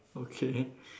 okay